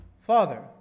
Father